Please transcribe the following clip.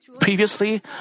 Previously